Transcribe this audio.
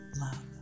love